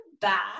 back